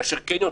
ואת זה לא.